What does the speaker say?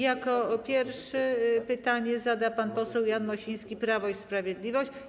Jako pierwszy pytanie zada pan poseł Jan Mosiński, Prawo i Sprawiedliwość.